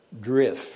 drift